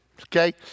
Okay